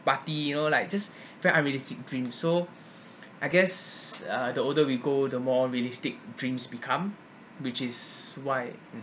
party you know like just very realistic dream so I guess uh the older we grow the more realistic dreams become which is why